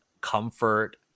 comfort